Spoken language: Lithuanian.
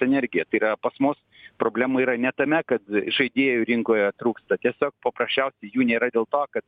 energija tai yra pas mus problema yra ne tame kad žaidėjų rinkoje trūksta tiesiog paprasčiausiai jų nėra dėl to kad